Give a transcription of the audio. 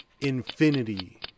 infinity